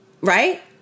Right